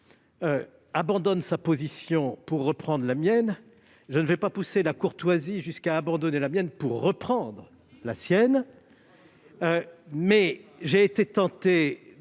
abandonne donc sa position pour reprendre la mienne ; je ne vais pas pousser la courtoisie jusqu'à abandonner la mienne pour reprendre la sienne. Chiche ! J'ai été tenté